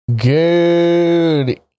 Good